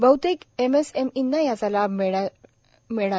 बह्तेक एमएसएमईना याचा लाभ मिळेल